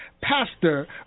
Pastor